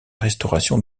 restauration